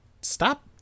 Stop